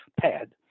pad